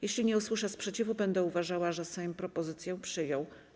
Jeśli nie usłyszę sprzeciwu, będę uważała, że Sejm propozycję przyjął.